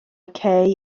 cei